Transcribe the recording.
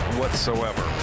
whatsoever